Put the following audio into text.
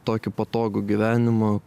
tokį patogų gyvenimą